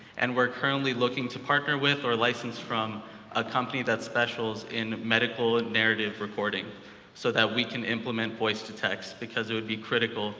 and we're currently looking to partner with or license from a company that specializes in medical and narrative recording so that we can implement voice-to-text because it would be critical